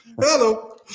Hello